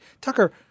Tucker